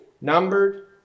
numbered